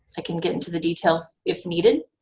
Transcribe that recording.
i can get into the details if needed.